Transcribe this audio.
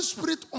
Spirit